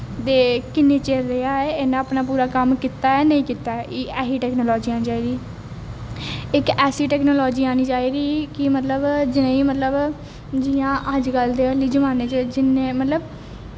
ते किन्ने चिर रेहा ऐ इन्नै अपना कम्म कीता ऐ जां नेईं कीता ऐ कि ऐसी टैकनालजी आनी चाहिदी कि इक ऐसी टैकनॉलजी आनी चाहिदी कि मतलब जियां अज्जकल दे जमान्ने च जियां मतलब